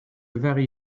varie